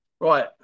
Right